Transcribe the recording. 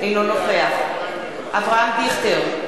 אינו נוכח אברהם דיכטר,